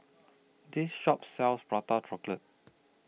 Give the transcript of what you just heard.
This Shop sells Prata Chocolate